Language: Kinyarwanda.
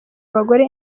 abagore